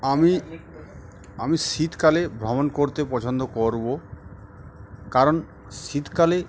আমি আমি শীতকালে ভ্রমণ করতে পছন্দ করবো কারণ শীতকালে